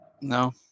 No